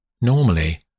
Normally